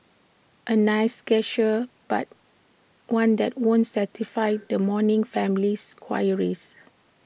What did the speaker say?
A nice gesture but one that won't satisfy the mourning family's queries